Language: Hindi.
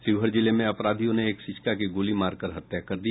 शिवहर जिले में अपराधियों ने एक शिक्षिका की गोली मारकर हत्या कर दी